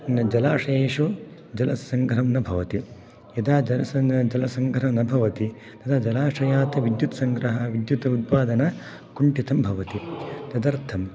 न जलाशयेषु जलसङ्ग्रहं न भवति यदा जलसङ्ग्रह न भवति तदा जलाशयात् विद्युत् सङ्ग्रहः विद्युत् उत्पादन कुण्टितं भवति तदर्थम्